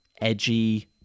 edgy